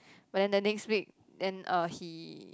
but then the next week then uh he